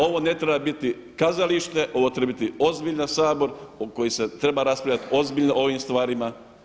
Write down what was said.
Ovo ne treba biti kazalište ovo treba biti ozbiljan Sabor u kojem se treba raspravljati ozbiljno o ovom stvarima.